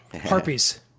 harpies